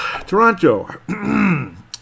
Toronto